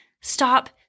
stop